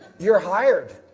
you are hired.